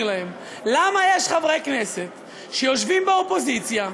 להם למה יש חברי כנסת שיושבים באופוזיציה,